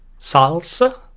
salsa